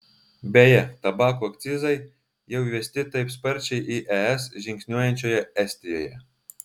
beje tabako akcizai jau įvesti taip sparčiai į es žingsniuojančioje estijoje